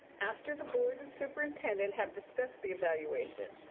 after the board and superintendent have discussed the evaluation,